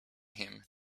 him